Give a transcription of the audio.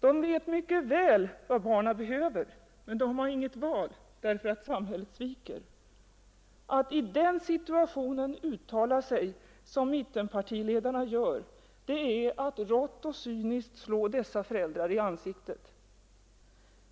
Dessa föräldrar vet mycket väl vad barnen behöver, men de har inget val därför att samhället sviker dem. Att i den situationen uttala sig som mittenpartiledarna gör är att rått och cyniskt slå dessa föräldrar i ansiktet.